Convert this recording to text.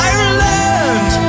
Ireland